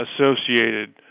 associated